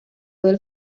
del